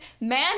man